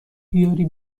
بیاری